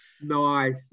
Nice